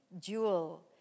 jewel